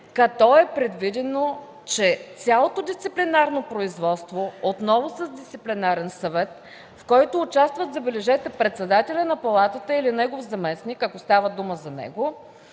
като е предвидено, че цялото дисциплинарно производство отново е с Дисциплинарен съвет. Забележете, в него участват председателят на Палатата или негов заместник, ако става дума за него,